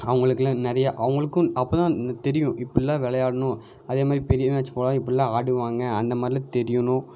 அவங்களுக்குலாம் நிறையா அவங்களுக்கும் அப்போ தான் தெரியும் இப்படில்லாம் விளையாட்ணும் அதே மாதிரி பெரிய மேச்சு போனால் இப்படில்லாம் ஆடுவாங்க அந்த மாதிரிலாம் தெரியணும்